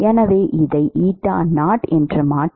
எனவே இதை மாற்றினால்